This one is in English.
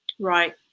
Right